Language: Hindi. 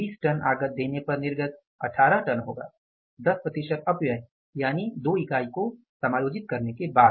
20 टन आगत देने पर निर्गत 18 टन होगा 10 अपव्यय यानी 2 इकाई को समायोजित करने के बाद